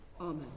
Amen